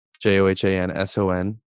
J-O-H-A-N-S-O-N